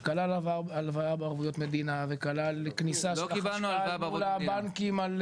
שכלל הלוואה בערבויות מדינה וכלל כניסה של החשכ"ל מול הבנקים על